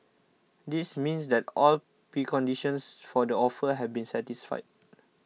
this means that all preconditions for the offer have been satisfied